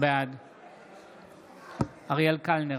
בעד אריאל קלנר,